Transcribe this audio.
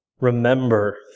Remember